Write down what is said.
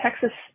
Texas